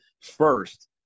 first